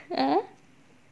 !huh!